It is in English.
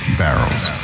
barrels